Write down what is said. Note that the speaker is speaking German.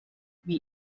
wie